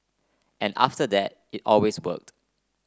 and after that it always worked